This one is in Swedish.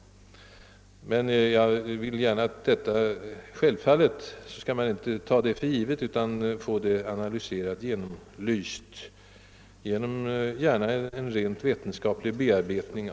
Självfallet skall man dock inte ta detta för givet utan man bör få problemet ordentligt genomlyst, gärna alltså genom en rent vetenskaplig bearbetning.